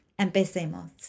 Empecemos